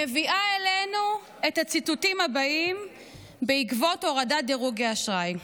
מביאה אלינו את הציטוטים הבאים בעקבות הורדת דירות האשראי.